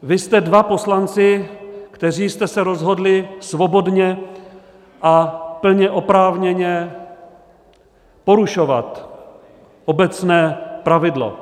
Vy jste dva poslanci, kteří jste se rozhodli svobodně a plně oprávněně porušovat obecné pravidlo.